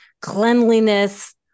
cleanliness